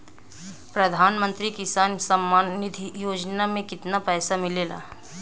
प्रधान मंत्री किसान सम्मान निधि योजना में कितना पैसा मिलेला?